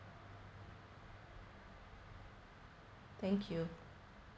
thank you